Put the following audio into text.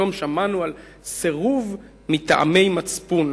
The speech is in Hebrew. פתאום שמענו על "סירוב מטעמי מצפון".